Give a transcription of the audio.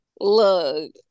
Look